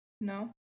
no